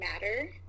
matter